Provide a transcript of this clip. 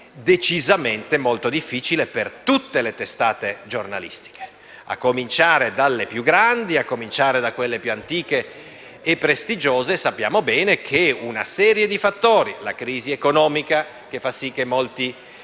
decisamente molto difficile per tutte le testate giornalistiche, a cominciare dalle più grandi, dalle più antiche e prestigiose. Sappiamo bene che ciò deriva da una serie di fattori, come la crisi economica, che fa sì che molti